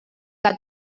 que